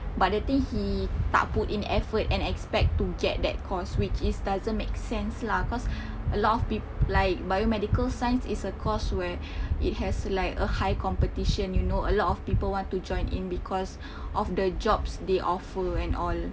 but the thing he tak put in effort and expect to get that course which is doesn't make sense lah cause a lot of peop~ like biomedical science is a course where it has like a high competition you know a lot of people want to join in because of the jobs they offer and all